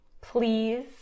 Please